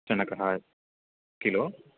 चणकः किलो